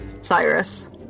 Cyrus